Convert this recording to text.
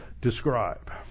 describe